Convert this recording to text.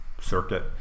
circuit